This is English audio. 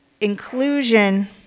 inclusion